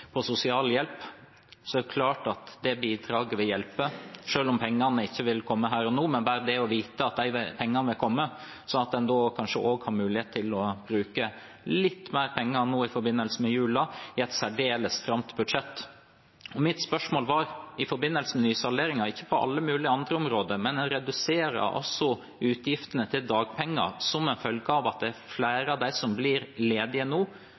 er det klart at det bidraget vil hjelpe selv om pengene ikke vil komme her og nå. Ved bare å vite at de pengene kommer, har en kanskje også mulighet til å bruke litt mer penger nå i forbindelse med julen i et særdeles stramt budsjett. Mitt spørsmål gikk på nysalderingen, ikke på alle mulige andre områder. En reduserer altså utgiftene til dagpenger som følge av at det er flere av dem som blir ledige nå,